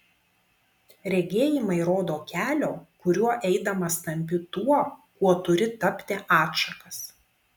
regėjimai rodo kelio kuriuo eidamas tampi tuo kuo turi tapti atšakas